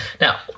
Now